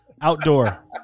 Outdoor